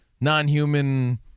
non-human